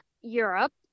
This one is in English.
Europe